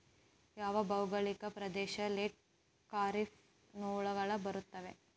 ಯಾವ ಭೌಗೋಳಿಕ ಪ್ರದೇಶ ಲೇಟ್ ಖಾರೇಫ್ ನೊಳಗ ಬರುತ್ತೆ?